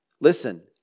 listen